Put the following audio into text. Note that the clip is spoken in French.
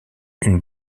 une